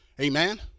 Amen